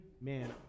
man